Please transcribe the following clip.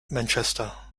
manchester